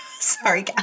Sorry